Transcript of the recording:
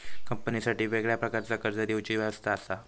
कंपनीसाठी वेगळ्या प्रकारचा कर्ज देवची व्यवस्था असा